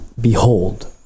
behold